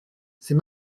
c’est